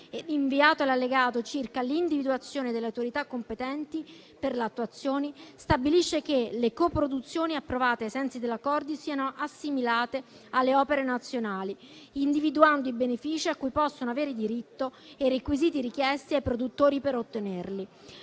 rinviato all'Allegato circa l'individuazione delle autorità competenti per l'attuazione, stabilisce che le coproduzioni approvate ai sensi dell'Accordo stesso siano assimilate alle opere nazionali, individuando i benefici a cui possono avere diritto e i requisiti richiesti ai produttori per ottenerli.